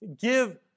give